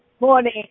Morning